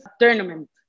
tournament